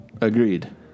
Agreed